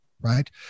right